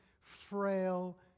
frail